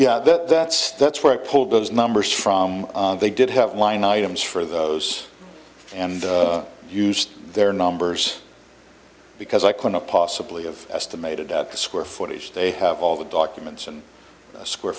yeah that that's that's why i pulled those numbers from they did have line items for those and used their numbers because i cannot possibly of estimated at the square footage they have all the documents and square